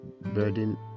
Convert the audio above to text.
burden